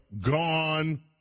gone